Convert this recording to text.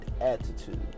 attitude